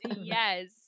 yes